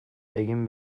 egin